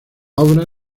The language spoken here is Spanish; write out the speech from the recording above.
obra